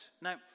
Now